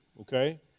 Okay